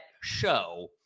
show